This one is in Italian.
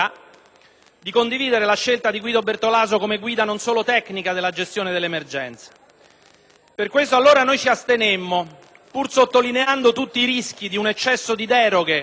di condividere la scelta di Guido Bertolaso come guida non solo tecnica della gestione dell'emergenza. Per questo allora ci astenemmo, pur sottolineando tutti i rischi di un eccesso di deroghe